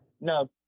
No